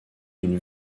d’une